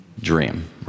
dream